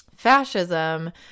fascism